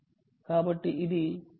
కాబట్టి ఇది 2